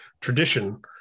tradition